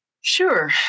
Sure